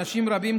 אנשים רבים,